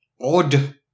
Odd